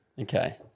Okay